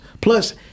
Plus